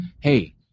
hey